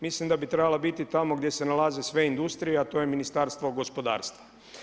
Mislim da bi trebala biti tamo gdje se nalaze sve industrije a to je Ministarstvo gospodarstva.